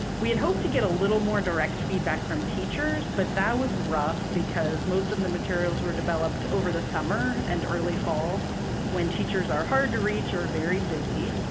we had hoped to get a little more direct feedback from teachers, but that was rough because most of the materials were developed over the summer and early fall when teachers are hard to reach or very busy.